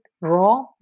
raw